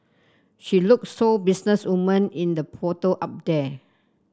she look so business woman in the photo up there